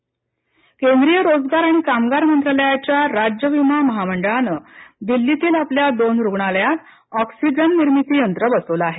oxygen प्रकल्प केंद्रीय रोजगार आणि कामगार मंत्रालयाच्या राज्य विमा महामंडळाने दिल्लीतील आपल्या दोन रुग्णालयात ऑक्सिजन निर्मिती यंत्र बसवले आहे